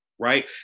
Right